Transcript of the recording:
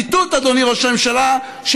נכון, אדוני ראש הממשלה?